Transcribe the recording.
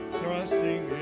trusting